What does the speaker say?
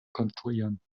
konstruieren